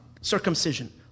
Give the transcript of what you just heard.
circumcision